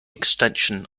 extension